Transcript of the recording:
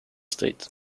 state